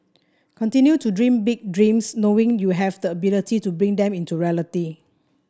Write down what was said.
continue to dream big dreams knowing you have the ability to bring them into reality